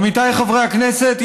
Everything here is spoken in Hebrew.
עמיתיי חברי הכנסת,